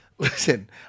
Listen